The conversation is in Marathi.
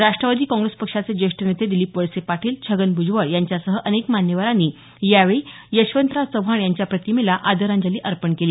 राष्ट्रवादी काँग्रेस पक्षाचे ज्येष्ठ नेते दिलीप वळसे पाटील छगन भूजबळ यांच्यासह अनेक मान्यवरांनी यावेळी यशवंतराव चव्हाण यांच्या प्रतिमेला आदरांजली अर्पण केली